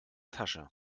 tasche